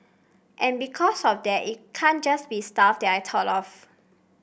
and because of that it can't just be stuff that I thought of